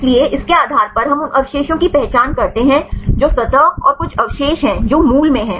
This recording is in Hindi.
इसलिए इसके आधार पर हम उन अवशेषों की पहचान करते हैं जो सतह और कुछ अवशेष हैं जो मूल में हैं